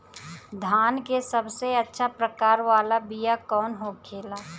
धान के सबसे अच्छा प्रकार वाला बीया कौन होखेला?